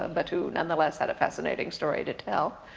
ah but who nonetheless, had a fascinating story to tell.